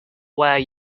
where